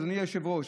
אדוני היושב-ראש,